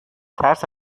ترس